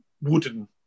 wooden